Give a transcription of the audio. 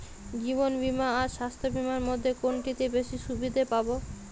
জীবন বীমা আর স্বাস্থ্য বীমার মধ্যে কোনটিতে বেশী সুবিধে পাব?